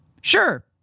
Sure